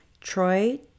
Troy